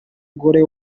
umugore